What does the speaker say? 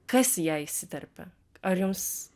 kas į ją įsiterpia ar jums